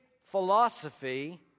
philosophy